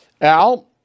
Al